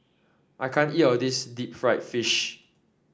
I can't eat all of this Deep Fried Fish